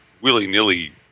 willy-nilly